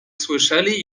słyszeli